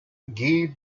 guy